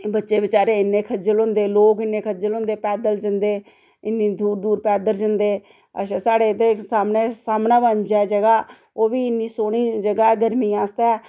बच्चे बेचारे इन्ने खज्जल होंदे लोग इन्ने खज्जल होंदे पैदल जन्दे इन्नी दूर दूर पैदर जन्दे अच्छा साढ़े इत्थे इक सामने सामने बंझ ऐ जगह् ओह् बी इन्नी सोह्नी जगह् ऐ गर्मी आस्तै